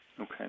Okay